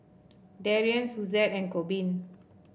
Darion Suzette and Corbin